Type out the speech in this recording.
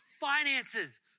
finances